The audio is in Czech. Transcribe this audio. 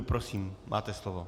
Prosím, máte slovo.